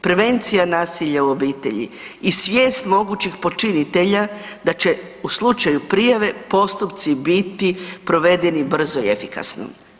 Prevencija nasilja u obitelji i svijest mogućih počinitelja da će u slučaju prijave postupci biti provedeni brzo i efikasno.